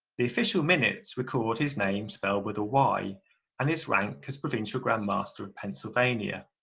the official minutes record his names spelled with a y and his rank as provincial grand master of pennsylvania,